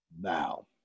now